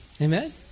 Amen